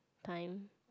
time